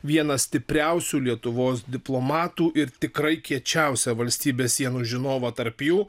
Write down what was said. vieną stipriausių lietuvos diplomatų ir tikrai kiečiausią valstybės sienų žinovą tarp jų